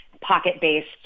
pocket-based